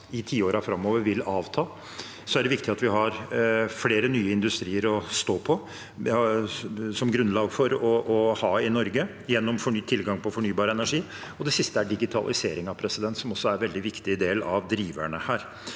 i tiårene framover vil avta. Det er viktig at vi har mer ny industri som det er grunnlag for å ha i Norge gjennom tilgang på fornybar energi. Det tredje er digitaliseringen, som også er en veldig viktig del av driverne her.